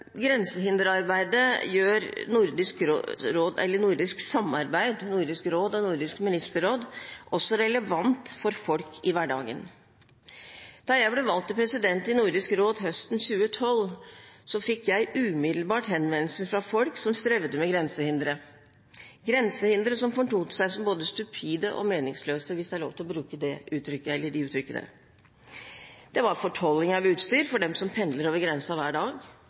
Grensehinderarbeidet gjør nordisk samarbeid, Nordisk råd og Nordisk ministerråd også relevant for folk i hverdagen. Da jeg ble valgt til president i Nordisk råd høsten 2012, fikk jeg umiddelbart henvendelser fra folk som strevde med grensehindre – grensehindre som fortonte seg som både stupide og meningsløse, hvis det er lov til å bruke de uttrykkene. Det var fortolling av utstyr for dem som pendler over grensen hver dag